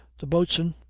the boatswain,